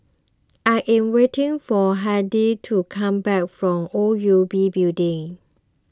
I am waiting for Hardie to come back from O U B Building